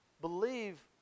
Believe